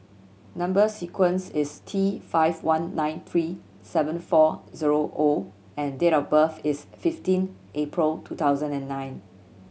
number sequence is T five one nine three seven four zero O and date of birth is fifteen April two thousand and nine